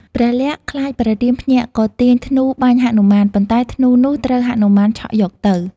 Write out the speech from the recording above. ព្រះលក្សណ៍ ខ្លាចព្រះរាមភ្ញាក់ក៏ទាញធ្នូបាញ់ហនុមាន ប៉ុន្តែធ្នូនោះត្រូវហនុមានឆក់យកទៅ។